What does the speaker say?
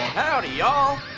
howdy y'all